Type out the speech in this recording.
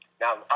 Now